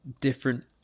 different